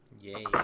Yay